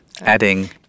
adding